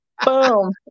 boom